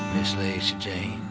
miss lacy jane